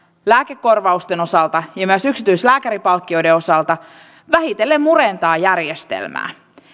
lääkekorvausten osalta ja myös yksityislääkäripalkkioiden osalta vähitellen murentaa järjestelmää